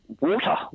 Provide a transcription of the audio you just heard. water